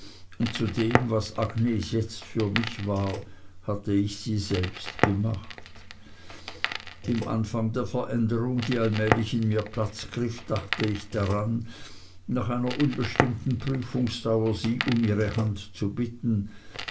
und zu dem was agnes jetzt für mich war hatte ich sie selbst gemacht im anfang der veränderung die allmählich in mir platz griff dachte ich daran nach einer unbestimmten prüfungsdauer sie um ihre hand zu bitten